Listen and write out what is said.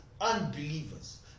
unbelievers